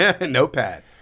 Notepad